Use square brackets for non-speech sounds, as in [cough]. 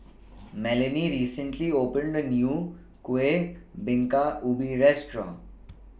[noise] Melanie recently opened A New Kueh Bingka Ubi Restaurant